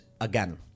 again